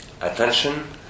Attention